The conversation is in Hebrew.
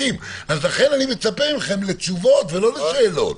לכן אני מצפה מכם לתשובות ולא לשאלות.